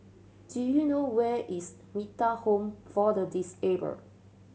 do you know where is Metta Home for the Disabled